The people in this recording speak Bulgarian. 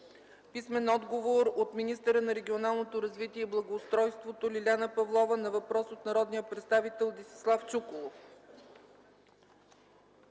Плугчиева; - министъра на регионалното развитие и благоустройството Лиляна Павлова на въпрос от народния представител Десислав Чуколов;